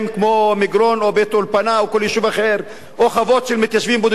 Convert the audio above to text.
כמו מגרון או גבעת-האולפנה או כל יישוב אחר או חוות של מתיישבים בודדים,